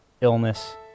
illness